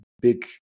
big